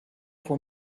for